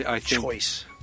choice